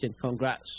congrats